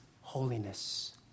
holiness